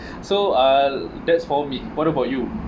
so uh that's for me what about you